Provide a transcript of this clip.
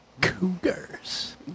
Cougars